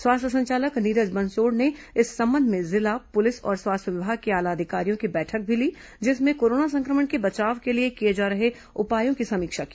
स्वास्थ्य संचालक नीरज बंसोड़ ने इस संबंध में जिला पुलिस और स्वास्थ्य विभाग के आला अधिकारियों की बैठक भी ली जिसमें कोरोना सं क्र मण के बचाव के लिए किए जा रहे उपायों की समीक्षा की